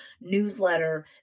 newsletter